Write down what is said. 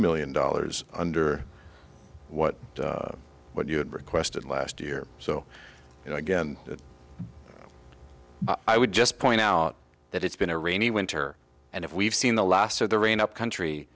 million dollars under what what you had requested last year so you know again i would just point out that it's been a rainy winter and if we've seen the last of the rain up country